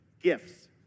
gifts